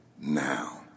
now